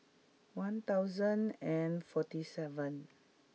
one thousand and forty seven